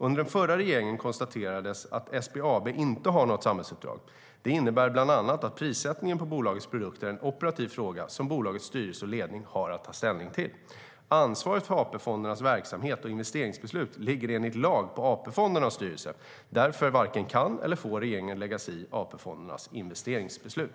Under den förra regeringen konstaterades att SBAB inte har något samhällsuppdrag. Det innebär bland annat att prissättningen på bolagets produkter är en operativ fråga som bolagets styrelse och ledning har att ta ställning till. Ansvaret för AP-fondernas verksamhet och investeringsbeslut ligger enligt lag på AP-fondernas styrelser. Därför varken kan eller får regeringen lägga sig i AP-fondernas investeringsbeslut.